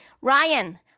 Ryan